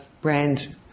brand